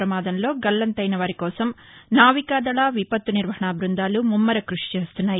ప్రమాదంలో గల్లంతైన వారి కోసం నావికాదళ విపత్తు నిర్వహణా బృందాలు ముమ్మర కృషి చేస్తున్నాయి